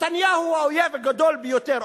נתניהו הוא האויב הגדול ביותר,